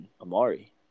Amari